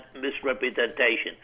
misrepresentation